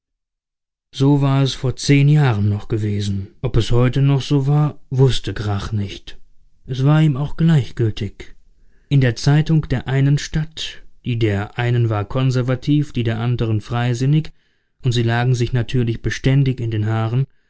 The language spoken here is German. so war es vor zehn jahren noch gewesen ob es heute noch so war wußte grach nicht es war ihm auch gleichgültig in der zeitung der einen stadt die der einen war konservativ die der anderen freisinnig und sie lagen sich natürlich beständig in den haaren hatte